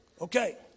Okay